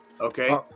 Okay